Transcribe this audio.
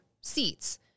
seats